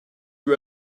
you